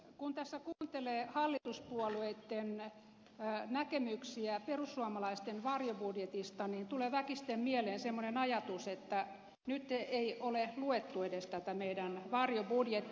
kun tässä kuuntelee hallituspuolueitten näkemyksiä perussuomalaisten varjobudjetista niin tulee väkisten mieleen semmoinen ajatus että nyt ei ole edes luettu tätä meidän varjobudjettiamme